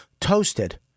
toasted